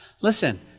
Listen